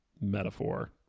metaphor